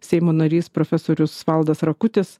seimo narys profesorius valdas rakutis